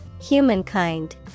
Humankind